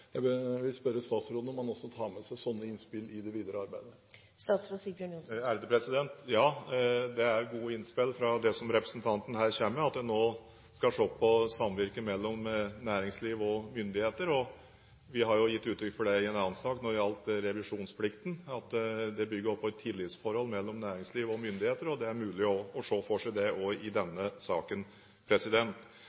Jeg vil spørre statsråden: Vil han også ta med sånne innspill i det videre arbeidet? Ja, det er gode innspill som representanten her kommer med, at man nå skal se på samvirke mellom næringsliv og myndigheter. Vi har gitt uttrykk for det i en annen sak når det gjaldt revisjonsplikten, som også bygger på et tillitsforhold mellom næringsliv og myndigheter. Det er mulig å se for seg dette også i